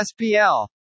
spl